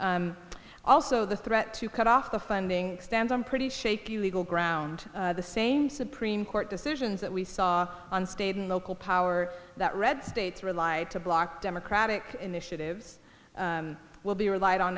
directly also the threat to cut off the funding stands on pretty shaky legal ground the same supreme court decisions that we saw on state and local power that red states relied to block democratic initiatives will be relied on